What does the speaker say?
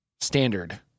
standard